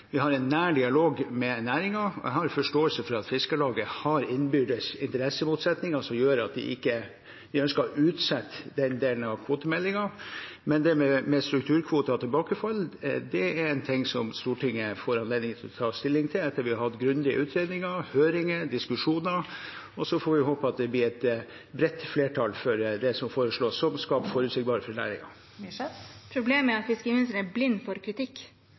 Vi har en nær dialog med næringen. Jeg har forståelse for at Fiskarlaget har innbyrdes interessemotsetninger som gjør at de ønsker å utsette den delen av kvotemeldingen. Strukturkvoter og tilbakefall er noe Stortinget får anledning til å ta stilling til etter at vi har hatt grundige utredninger, høringer og diskusjoner. Så får vi håpe at det blir et bredt flertall for det som foreslås, og at det skaper forutsigbarhet for næringen. Cecilie Myrseth – til oppfølgingsspørsmål. Problemet er at fiskeriministeren er blind for kritikk.